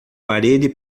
parede